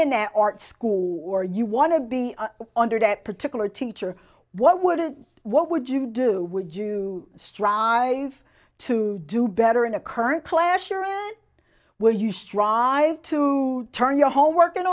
an art school or you want to be under that particular teacher what would it what would you do would you strive to do better in a current class your own will you strive to turn your homework in